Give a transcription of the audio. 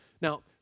Now